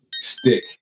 Stick